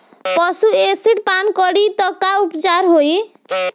पशु एसिड पान करी त का उपचार होई?